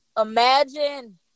Imagine